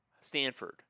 Stanford